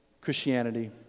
Christianity